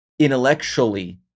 Intellectually